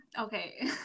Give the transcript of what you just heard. okay